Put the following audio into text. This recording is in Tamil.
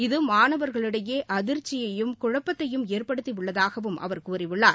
இது மாணவர்களிடையே அதிர்ச்சியையும் குழப்பத்தையும் ஏற்படுத்தி உள்ளதாகவும் அவர் கூறியுள்ளார்